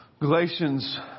Galatians